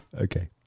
Okay